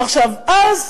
עכשיו, אז